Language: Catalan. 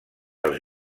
els